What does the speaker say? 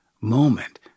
moment